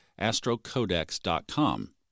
astrocodex.com